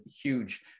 huge